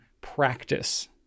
practice